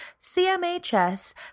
CMHS